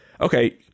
okay